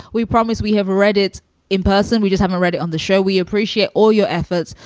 we promise we have read it in person. we just haven't read it on the show. we appreciate all your efforts.